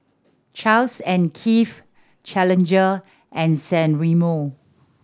Charles and Keith Challenger and San Remo